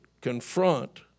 confront